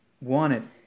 Wanted